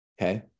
Okay